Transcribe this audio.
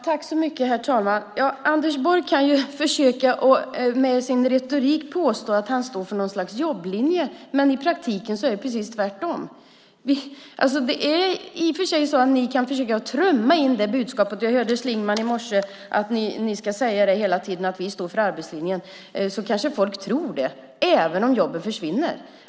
Herr talman! Anders Borg kan försöka att med sin retorik påstå att han står för något slags jobblinje, men i praktiken är det precis tvärtom. Ni kan försöka trumma in det budskapet. Jag hörde Schlingmann säga i morse att ni hela tiden ska säga att ni står för arbetslinjen, för då kanske folk tror det även om jobben försvinner.